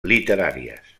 literàries